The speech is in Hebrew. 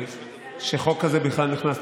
אבל להם מותר.